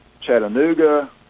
Chattanooga